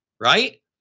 Right